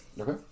Okay